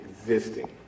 existing